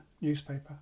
newspaper